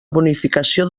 bonificació